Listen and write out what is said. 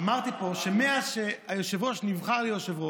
אמרתי פה שמאז שהיושב-ראש נבחר ליושב-ראש,